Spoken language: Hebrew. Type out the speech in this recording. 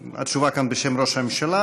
התשובה כאן היא בשם ראש הממשלה,